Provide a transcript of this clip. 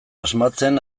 asmatzen